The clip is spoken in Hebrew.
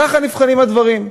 כך נבחנים הדברים.